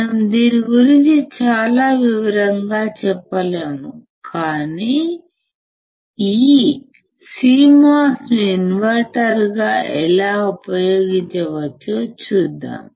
మనం దీని గురించి చాలా వివరంగా చెప్పలేము కాని ఈ CMOS ను ఇన్వర్టర్గా ఎలా ఉపయోగించవచ్చో చూద్దాం